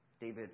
David